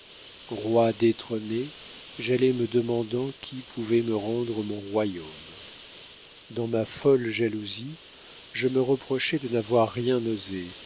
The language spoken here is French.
roi détrôné j'allais me demandant qui pouvait me rendre mon royaume dans ma folle jalousie je me reprochais de n'avoir rien osé